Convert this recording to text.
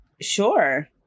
sure